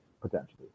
potentially